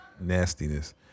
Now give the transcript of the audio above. nastiness